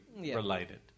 related